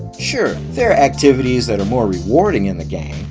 sure, there are activities that are more rewarding in the game,